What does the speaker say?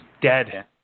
dead